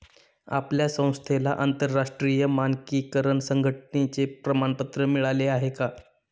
आपल्या संस्थेला आंतरराष्ट्रीय मानकीकरण संघटने चे प्रमाणपत्र मिळाले आहे का?